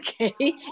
okay